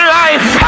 life